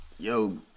Yo